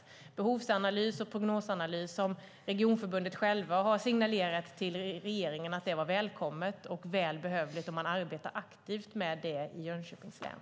Regionförbundet har självt signalerat till regeringen att detta med behovsanalys och prognosanalys var välkommet och välbehövligt. Man arbetar aktivt med det i Jönköpings län.